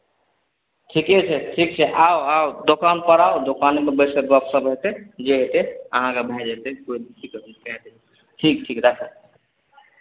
ठीके छै ठीक छै आउ आउ दोकानपर आउ दोकानपर बैसि गप्प सप्प हेतै जे हेतै अहाँकेँ भए जेतै कोइ दिक्कत नहि कए देब ठीक ठीक राखू